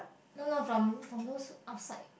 no no from from those outside